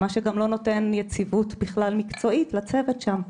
מה שגם לא נותן יציבות מקצועית לצוות שם.